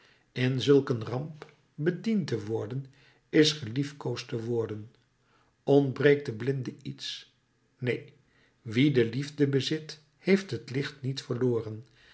in zulk een ramp bediend te worden is geliefkoosd te worden ontbreekt den blinde iets neen wie de liefde bezit heeft het licht niet verloren